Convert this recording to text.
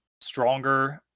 stronger